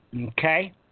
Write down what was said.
Okay